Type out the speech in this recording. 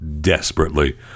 desperately